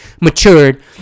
matured